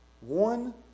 One